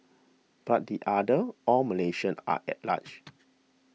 but the others all Malaysians are at large